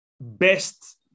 best